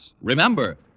Remember